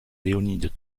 leonid